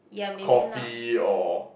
ya maybe not